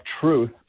truth